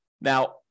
Now